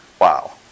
Wow